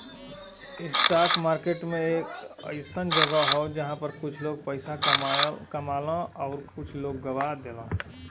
stock market एक अइसन जगह हौ जहां पर कुछ लोग पइसा कमालन आउर कुछ लोग गवा देलन